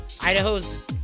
Idaho's